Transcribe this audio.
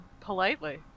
politely